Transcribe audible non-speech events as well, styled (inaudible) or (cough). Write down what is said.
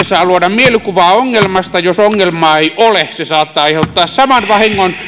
(unintelligible) saa luoda mielikuvaa ongelmasta jos ongelmaa ei ole se saattaa aiheuttaa saman vahingon